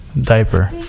Diaper